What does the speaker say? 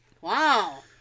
Wow